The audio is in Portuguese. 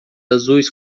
azuis